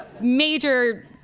major